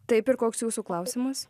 taip ir koks jūsų klausimas